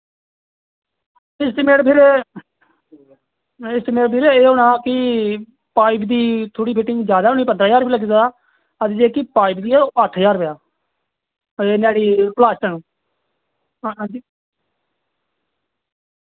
estimate फिर estimate बीर एह् होना कि पाइप दी थोह्ड़ी फिटिंग ज्यादा होनी पन्दरां ज्हार बीह् लग्गी सकदा हां ते जेह्की पाइप दी ऐ ओह् अट्ठ ज्हार रपेआ ओह् जे नाह्ड़ी प्लास्टन हां हांजी